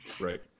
Right